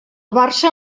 barça